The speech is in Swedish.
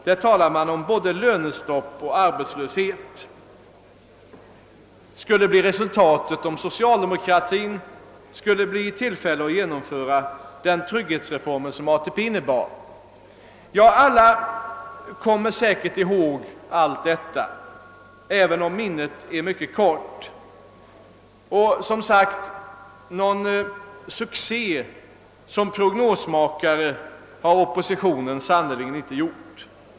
Där talade man om att både lönestopp och arbetslöshet skulle bli resultatet, om socialdemokratin blev i tillfälle att genomföra den trygghetsreform som ATP innebar. Alla kommer säkert ihåg allt detta, även om minnet ibland kan vara mycket kort. Någon succé som prognosmakare har oppositionen som sagt sannerligen inte gjort.